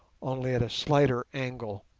only at a slighter angle,